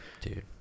Dude